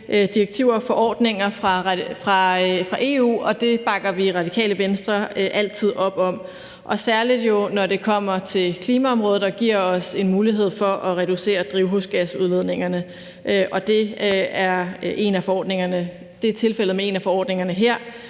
direktiver og forordninger fra EU, og det bakker vi i Radikale Venstre altid op om, og særlig når det kommer til klimaområdet og giver os en mulighed for at reducere drivhusgasudledningerne, og det er tilfældet med en af forordningerne her.